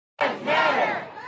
Matter